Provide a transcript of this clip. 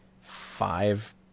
five